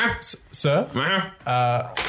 Sir